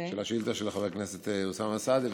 של השאילתה של חבר הכנסת אוסאמה סעדי,